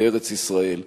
בארץ-ישראל.